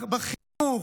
בחינוך,